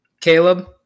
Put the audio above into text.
Caleb